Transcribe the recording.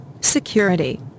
Security